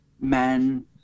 man